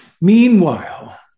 meanwhile